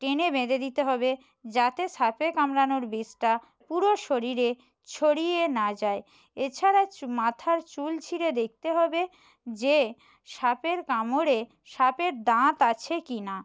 টেনে বেঁধে দিতে হবে যাতে সাপে কামড়ানোর বিষটা পুরো শরীরে ছড়িয়ে না যায় এছাড়াও চু মাথার চুল ছিঁড়ে দেখতে হবে যে সাপের কামড়ে সাপের দাঁত আছে কি না